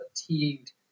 fatigued